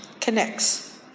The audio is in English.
Connects